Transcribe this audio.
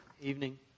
evening